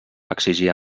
exigia